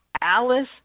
Alice